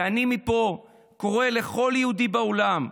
ומפה אני קורא לכל יהודי בעולם,